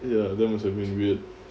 ya that was a bit weird